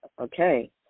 Okay